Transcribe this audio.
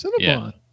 Cinnabon